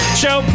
show